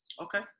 Okay